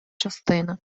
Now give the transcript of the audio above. частина